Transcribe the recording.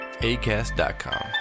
ACAST.com